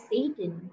Satan